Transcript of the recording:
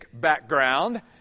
background